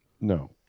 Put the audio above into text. No